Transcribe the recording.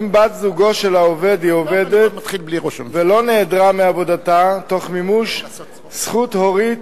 אם בת-זוגו של העובד עובדת ולא נעדרה מעבודתה תוך מימוש זכות הורית,